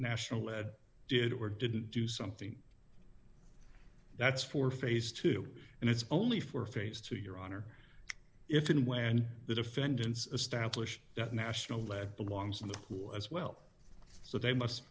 national lead did or didn't do something that's for phase two and it's only for phase two your honor if and when the defendant's establish that national lead belongs in the cool as well so they must